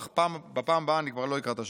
אך בפעם הבאה אני כבר לא אקרא את השמות.